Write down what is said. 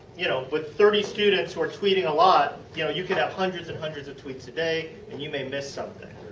you know but thirty students who are tweeting on a lot, you know you could have hundreds and hundreds of tweets a day, and you may miss something.